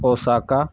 اوشاکا